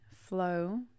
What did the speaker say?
flow